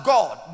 God